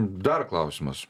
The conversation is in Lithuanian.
dar klausimas